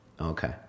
Okay